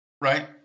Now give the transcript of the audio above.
right